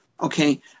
okay